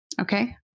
Okay